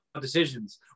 decisions